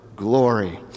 glory